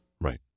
Right